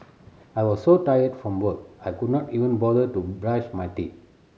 I was so tired from work I could not even bother to brush my teeth